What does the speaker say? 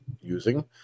using